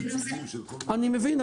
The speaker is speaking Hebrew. אני מבין,